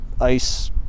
ice